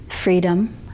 freedom